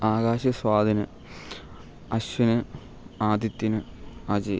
Akash Swathin Ashwin Adithyan Aji